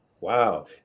Wow